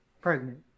pregnant